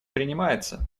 принимается